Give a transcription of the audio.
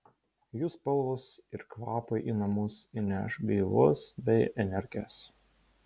jų spalvos ir kvapai į namus įneš gaivos bei energijos